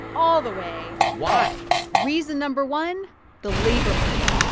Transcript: all the way why? reason number one the labor market.